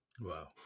Wow